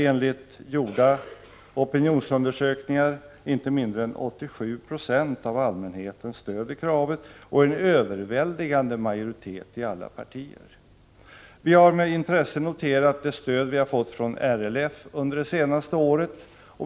Enligt gjorda opinionsundersökningar stöder inte mindre än 87 Zo av allmänheten kravet, och en överväldigande majoritet i alla partier. Vi har med intresse noterat det stöd vi har fått från LRF under det senaste året.